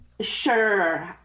Sure